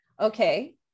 Okay